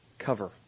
cover